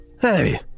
Hey